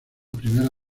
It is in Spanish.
primera